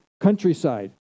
countryside